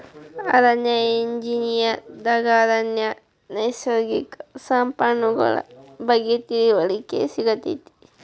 ಅರಣ್ಯ ಎಂಜಿನಿಯರ್ ದಾಗ ಅರಣ್ಯ ನೈಸರ್ಗಿಕ ಸಂಪನ್ಮೂಲಗಳ ಬಗ್ಗೆ ತಿಳಿವಳಿಕೆ ಸಿಗತೈತಿ